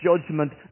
judgment